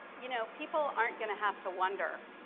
you know people aren't gonna have to wonder,